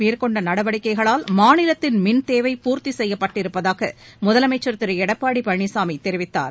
மேற்கொண்ட நடவடிக்கைகளால் மாநிலத்தின் மின் தேவை பூர்த்தி செய்யப்பட்டிருப்பதாக முதலமைச்சர் திரு எடப்பாடி பழனிசாமி தெரிவித்தார்